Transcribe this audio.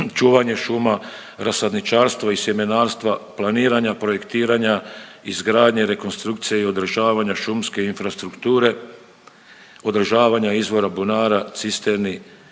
čuvanje šuma, rasadničarstvo iz sjemenarstva, planiranje, projektiranja, izgradnje, rekonstrukcije i održavanja šumske infrastrukture, održavanje izvora bunara, cisterni,